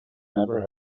never